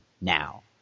now